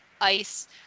ice